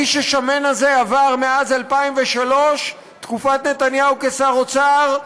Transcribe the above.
האיש השמן הזה, מאז 2003, תקופת נתניהו כשר האוצר,